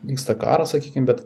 vyksta karas sakykim bet